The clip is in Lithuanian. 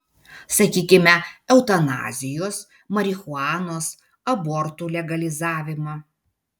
sakykime eutanazijos marihuanos abortų legalizavimą